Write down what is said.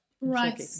Right